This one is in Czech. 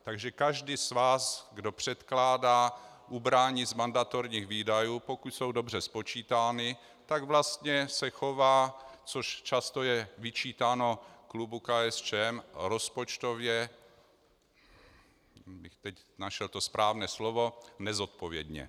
Takže každý z vás, kdo předkládá ubrání z mandatorních výdajů, pokud jsou dobře spočítány, se vlastně chová, což často je vyčítáno klubu KSČM, rozpočtově abych teď našel to správné slovo nezodpovědně.